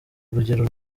urugero